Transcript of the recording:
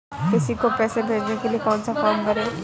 किसी को पैसे भेजने के लिए कौन सा फॉर्म भरें?